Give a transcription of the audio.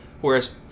whereas